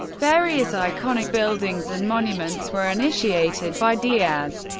various iconic buildings and monuments were initiated by diaz,